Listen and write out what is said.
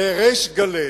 בריש גלי,